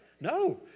No